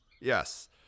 Yes